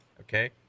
okay